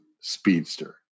speedster